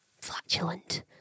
flatulent